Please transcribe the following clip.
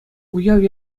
уяв